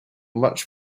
much